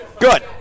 Good